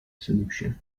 solution